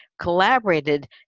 collaborated